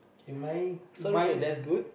K mine mine